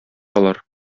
алар